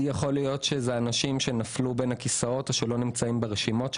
יכול להיות שזה אנשים שנפלו בין הכיסאות או שלא נמצאים ברשימות שלנו.